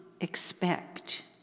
expect